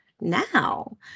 now